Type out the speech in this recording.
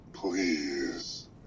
Please